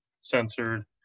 censored